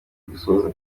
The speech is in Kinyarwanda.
gusoza